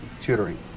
tutoring